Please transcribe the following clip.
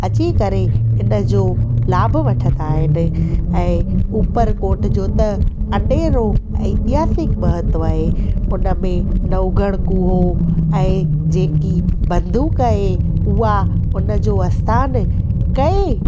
अची करे इन जो लाभ वठंदा आहिनि ऐं उपरकोट जो त अडेरो एतिहासिक महत्व आहे उन में नवगढ़ खुहो आहे जेकी बंदूक आहे उहा उन जो स्थानु कंहिं